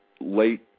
late